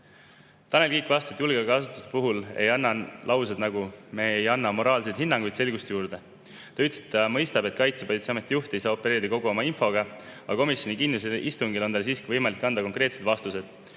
Tanel Kiik vastas, et julgeolekuasutuste puhul ei anna laused, nagu "Me ei anna moraalseid hinnanguid", selgust juurde. Ta ütles, et mõistab, et Kaitsepolitseiameti juht ei saa opereerida kogu oma infoga, aga komisjoni kinnisel istungil on tal siiski võimalik anda konkreetseid vastuseid,